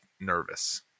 nervous